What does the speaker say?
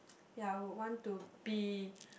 ya I would want to be